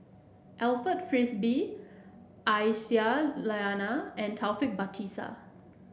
Alfred Frisby Aisyah Lyana and Taufik Batisah